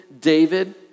David